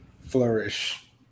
Flourish